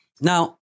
Now